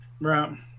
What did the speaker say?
Right